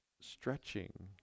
stretching